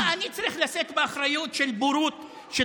אני צריך לשאת באחריות על הבורות של